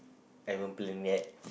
I haven't plan yet